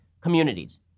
communities